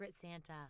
Santa